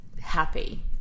Happy